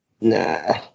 Nah